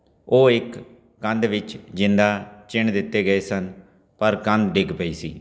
ਉਹ ਇੱਕ ਕੰਧ ਵਿੱਚ ਜਿੰਦਾ ਚਿਣ ਦਿੱਤੇ ਗਏ ਸਨ ਪਰ ਕੰਧ ਡਿੱਗ ਪਈ ਸੀ